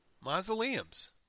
Mausoleums